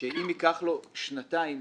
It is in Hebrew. שאם ייקח לו במשך רוב השנתיים